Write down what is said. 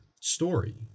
story